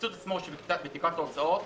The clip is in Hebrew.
הקיצוץ עצמו בתקרת ההוצאות